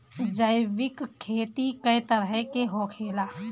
जैविक खेती कए तरह के होखेला?